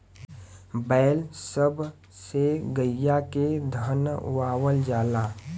बैल सब से गईया के धनवावल जाला